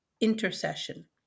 intercession